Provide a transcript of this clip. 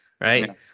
right